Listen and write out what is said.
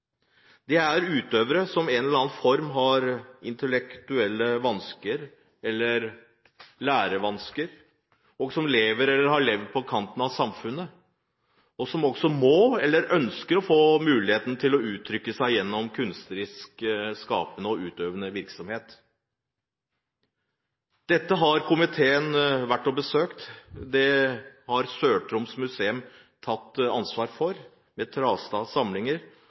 Det er utøvere som i en eller annen form har intellektuelle vansker eller lærevansker, som lever eller har levd på kanten av samfunnet, og som også må få, og ønsker å få, muligheten til å uttrykke seg gjennom kunstnerisk skapende og utøvende virksomhet. Dette har komiteen vært og besøkt. Sør-Troms museum har tatt ansvar for dette ved Trastad Samlinger.